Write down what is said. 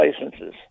licenses